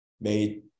made